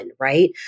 right